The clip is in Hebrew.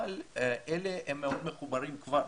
אבל אלה הם מאוד מחוברים כבר,